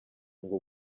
ngo